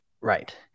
Right